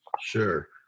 Sure